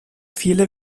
viele